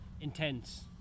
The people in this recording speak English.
intense